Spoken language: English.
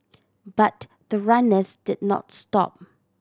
but the runners did not stop